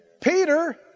Peter